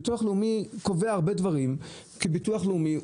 ביטוח לאומי קובע הרבה דברים כביטוח לאומי.